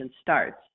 starts